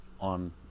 on